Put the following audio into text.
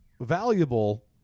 valuable